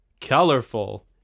colorful